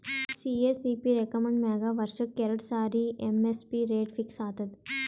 CACP recommend ಮ್ಯಾಗ್ ವರ್ಷಕ್ಕ್ ಎರಡು ಸಾರಿ ಎಮ್.ಎಸ್.ಪಿ ರೇಟ್ ಫಿಕ್ಸ್ ಆತದ್